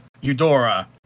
Eudora